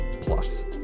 plus